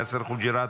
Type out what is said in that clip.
יאסר חוג'יראת.